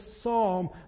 psalm